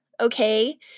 Okay